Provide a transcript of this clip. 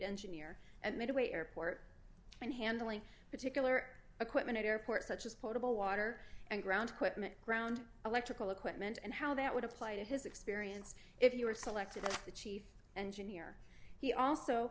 engineer at midway airport and handling particular equipment at airports such as potable water and ground quitman ground electrical equipment and how that would apply to his experience if you were selected as the chief engineer he also